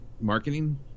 marketing